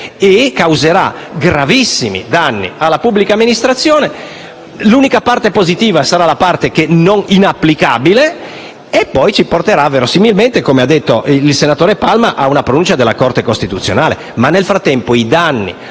e causerà gravissimi danni alla pubblica amministrazione. L'unica parte positiva sarà la parte inapplicabile e poi ci porterà verosimilmente, come ha evidenziato il senatore Palma, a una pronuncia della Corte costituzionale.